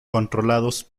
controlados